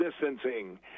distancing